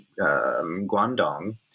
Guangdong